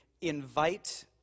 invite